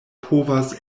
povas